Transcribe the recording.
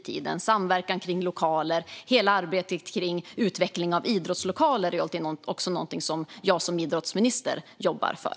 Det gäller till exempel samverkan kring lokaler, och hela arbetet kring utveckling av idrottslokaler är någonting jag som idrottsminister jobbar för.